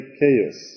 chaos